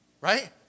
Right